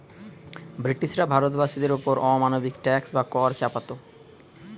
ব্রিটিশরা ভারতবাসীদের ওপর অমানবিক ট্যাক্স বা কর চাপাত